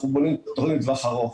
אנחנו בונים תכנית לטווח ארוך.